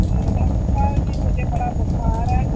doctor साह्ब मुझे बड़ा बुखार ऐ